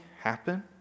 happen